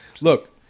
Look